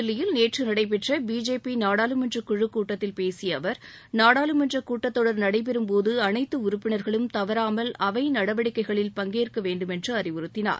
தில்லியில் நேற்று நடைபெற்ற பிஜேபி நாடாளுமன்ற குழுக் கூட்டத்தில் பேசிய அவர் நாடாளுமன்ற கூட்டத் தொடர் நடைபெறம்போது அனைத்து உறப்பினர்களும் தவறாமல் அவை நடவடிக்கைகளில் பங்கேற்க வேண்டுமென்று அறிவுறுத்தினார்